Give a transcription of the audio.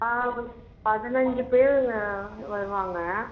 பதினஞ்சு பேருங்க வருவாங்க